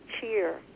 cheer